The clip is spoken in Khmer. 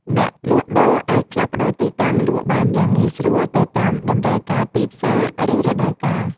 អ្នកលក់ដូរអាចផ្លាស់ប្តូរទីតាំងលក់បានយ៉ាងងាយស្រួលទៅតាមតម្រូវការទីផ្សារ ឬរដូវកាល។